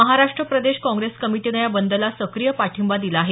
महाराष्ट प्रदेश काँग्रेस कमिटीनं या बंदला सक्रीय पाठिंबा दिला आहे